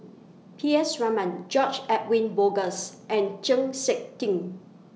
P S Raman George Edwin Bogaars and Chng Seok Tin